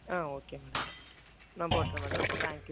சரி okay madam நான் போட்டுறேன் மேடம் தேங்க் யூ